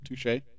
touche